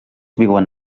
viuen